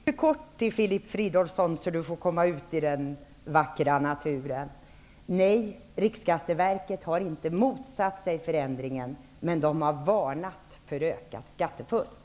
Herr talman! Mycket kort till Filip Fridolfsson så att han får komma ut till den vackra naturen. Nej, Riksskatteverket har inte motsatt sig förändringen, men verket har varnat för ökat skattefusk.